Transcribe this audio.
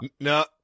No